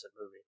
movie